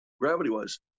gravity-wise